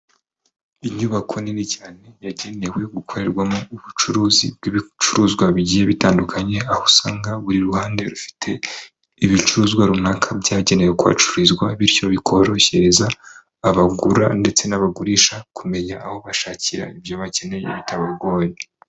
Inyubako nini cyane yagenewe gukorerwamo ubucuruzi bw'ibicuruzwa bigiye bitandukanye, aho usanga buri ruhande rufite ibicuruzwa runaka byagenewe kuhacururizwa bityo bikorohereza abagura ndetse n'abagurisha kumenya aho bashakira ibyo bakeneye bitabagoye.